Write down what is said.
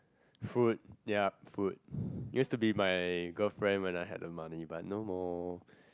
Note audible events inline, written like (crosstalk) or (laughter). food ya food (breath) used to be my girlfriend when I have the money but no more